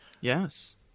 Yes